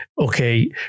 okay